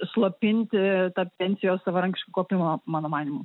slopinti tą pensijos savarankišką kaupimą mano manymu